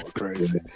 crazy